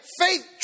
faith